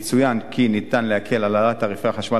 יצוין כי ניתן להקל את העלאת תעריפי החשמל